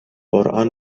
قرآن